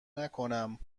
نکنم